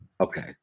Okay